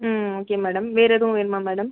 ம் okay madam வேறு எதுவும் வேணுமா மேடம்